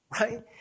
right